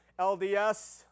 LDS